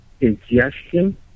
ingestion